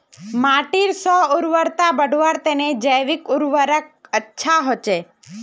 माटीर स्व उर्वरता बढ़वार तने जैविक उर्वरक अच्छा होचे